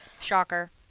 shocker